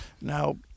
Now